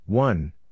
One